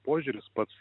požiūris pats